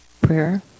prayer